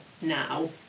now